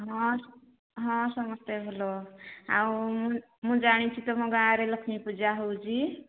ହଁ ହଁ ସମସ୍ତେ ଭଲ ଆଉ ମୁଁ ଜାଣିଛି ତୁମ ଗାଁରେ ଲକ୍ଷ୍ମୀ ପୂଜା ହେଉଛି